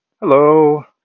Hello